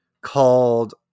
called